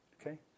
Okay